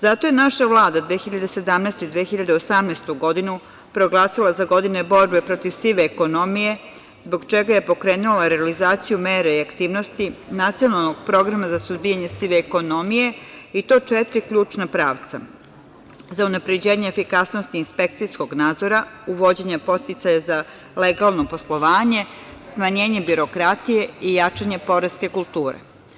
Zato je naša Vlada 2017. i 2018. godinu proglasila za godine borbe protiv sive ekonomije, zbog čega je pokrenula realizaciju mere i aktivnosti nacionalnog programa za suzbijanje sive ekonomije i to četiri ključna pravca; za unapređenje efikasnosti inspekcijskog nadzora, uvođenja podsticaja za legalno poslovanje, smanjenje birokratije i jačanje poreske kulture.